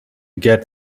get